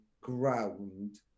ground